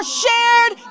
shared